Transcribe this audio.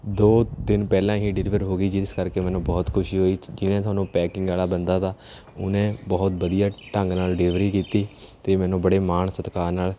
ਦੋ ਦਿਨ ਪਹਿਲਾਂ ਹੀ ਡਿਲੀਵਰ ਹੋ ਗਈ ਜਿਸ ਕਰਕੇ ਮੈਨੂੰ ਬਹੁਤ ਖੁਸ਼ੀ ਹੋਈ ਜਿਹਨੇ ਤੁਹਾਨੂੰ ਪੈਕਿੰਗ ਵਾਲਾ ਬੰਦਾ ਤਾ ਉਹਨੇ ਬਹੁਤ ਵਧੀਆ ਢੰਗ ਨਾਲ ਡਿਲੀਵਰੀ ਕੀਤੀ ਅਤੇ ਮੈਨੂੰ ਬੜੇ ਮਾਣ ਸਤਿਕਾਰ ਨਾਲ